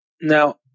Now